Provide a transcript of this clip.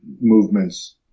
movements